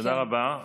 תודה רבה.